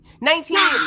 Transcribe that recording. Nineteen